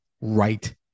right